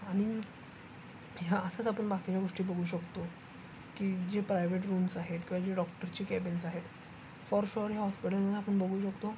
आणि ह्या असंच आपण बाकीच्या गोष्टी बघू शकतो की जे प्रायवेट रूम्स आहेत किंवा जे डॉक्टरचे कॅबिन्स आहेत फॉर शूअर ह्या हॉस्पिटलमध्ये आपण बघू शकतो